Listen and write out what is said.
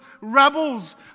rebels